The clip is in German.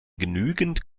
genügend